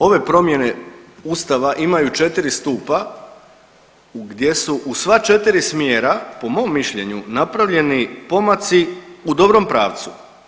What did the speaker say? Ove promjene Ustava imaju 4 stupa gdje su u sva 4 smjera po mom mišljenju napravljeni pomaci u dobrom pravcu.